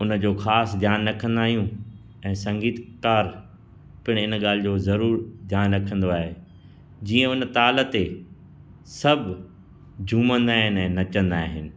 उन जो ख़ासि ध्यानु रखंदा आहियूं ऐं संगीतकारु पिणु इन ॻाल्हि जो ज़रूर ध्यानु रखंदो आहे जीअं उन ताल ते सभु झूमंदा आहिनि ऐं नचंदा आहिनि